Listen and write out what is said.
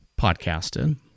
podcasted